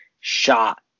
shot